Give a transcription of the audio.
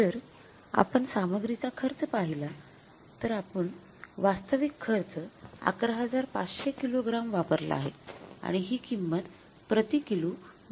जर आपण सामग्रीचा खर्च पहिला तर आपण वास्तविक खर्च ११५०० किलो ग्राम वापरला आहे आणि ही किंमत प्रति किलो २